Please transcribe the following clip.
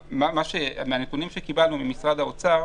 מהנתונים שקיבלנו ממשרד האוצר